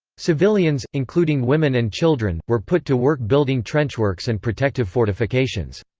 civilians, including women and children, were put to work building trenchworks and protective fortifications.